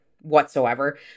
whatsoever